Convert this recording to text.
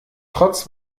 trotz